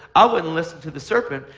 i wouldn't listen to the serpent,